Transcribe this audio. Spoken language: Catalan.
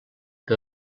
que